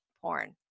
porn